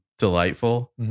delightful